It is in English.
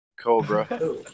Cobra